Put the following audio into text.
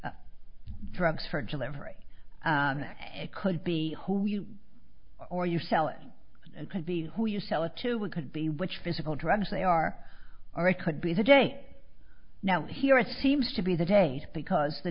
possess drugs for jewelry it could be who you or you sell it could be who you sell it to what could be which physical drugs they are or it could be the day now here it seems to be the day because the